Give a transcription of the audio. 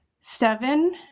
seven